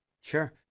Sure